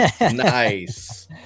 Nice